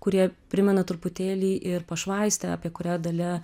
kurie primena truputėlį ir pašvaistę apie kurią dalia